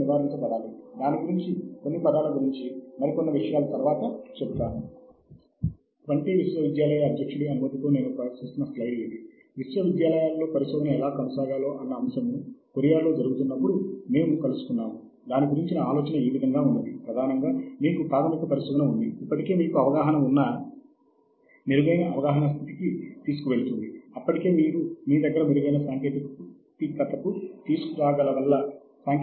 మేము సరే పని చేస్తున్న మరియు మీరు పనిచేస్తున్న పరిశోధనా అంశములో గల క్రమరాహిత్యాలను అంతరాలను ఎత్తి చూపటానికి ఇప్పటి వరకు ఏమి జరిగిందో కూడా మనం తెలుసుకోవాలి